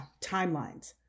timelines